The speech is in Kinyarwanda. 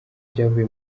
ibyavuye